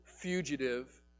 fugitive